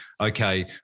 okay